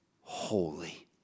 holy